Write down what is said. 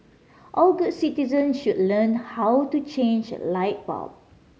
all good citizen should learn how to change a light bulb